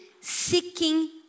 seeking